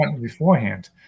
beforehand